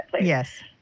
Yes